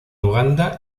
uganda